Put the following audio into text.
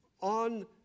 on